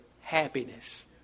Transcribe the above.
happiness